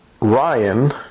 Ryan